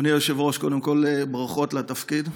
אדוני היושב-ראש, קודם כול ברכות על התפקיד.